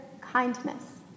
kindness